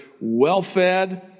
well-fed